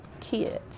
kids